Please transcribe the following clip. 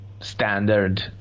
standard